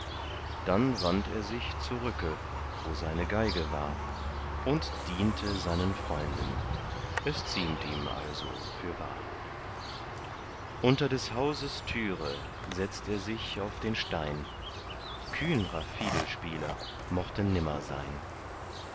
dann wandt er sich zurücke wo seine geige war und diente seinen freunden es ziemt ihm also fürwahr unter des hauses türe setzt er sich auf den stein kühnrer fiedelspieler mochte nimmer sein